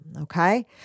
Okay